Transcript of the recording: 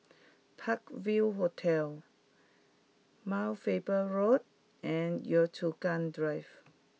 Park View Hotel Mount Faber Road and Yio Chu Kang Drive